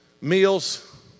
Meals